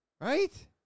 Right